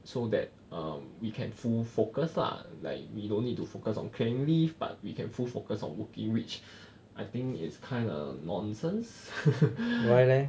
so that we can full focus lah like we don't need to focus on clearing leave but we can full focus on working which I think it's kind of nonsense